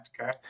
okay